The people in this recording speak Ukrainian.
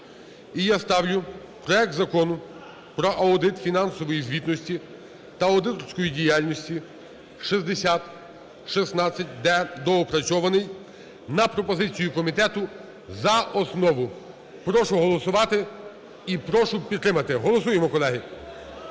І я ставлю проект Закону про аудит фінансової звітності та аудиторську діяльність (6016-д) доопрацьований на пропозицію комітету за основу. Прошу проголосувати і прошу підтримати. Голосуємо, колеги.